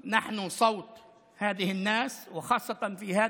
(אומר בערבית: אנחנו הקול של האנשים האלה,